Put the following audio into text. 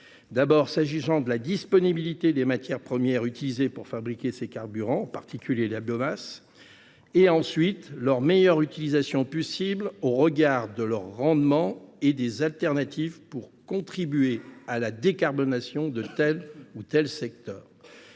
d’abord à celui de la disponibilité des matières premières utilisées pour fabriquer ces carburants, en particulier la biomasse ; je pense ensuite à celui de leur meilleure utilisation possible au regard de leur rendement et des alternatives pour contribuer à la décarbonation de tel ou tel secteur.